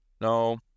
no